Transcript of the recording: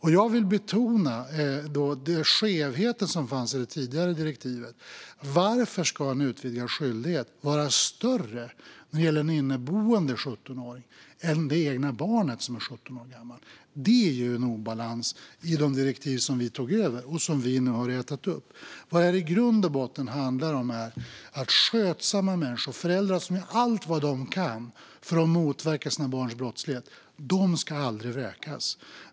Jag vill betona skevheten som fanns i det tidigare direktivet. Varför ska en utvidgad skyldighet vara större när det gäller en inneboende 17-åring än det egna barnet som är 17 år gammalt? Det är en obalans i de direktiv som vi tog över och som vi har rätat ut. I grund och botten handlar det om att skötsamma människor, föräldrar som gör allt vad de kan för att motverka sina barns brottslighet, aldrig ska vräkas.